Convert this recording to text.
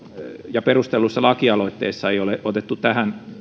ja perustellussa lakialoitteessa ei ole otettu tähän